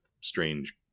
strange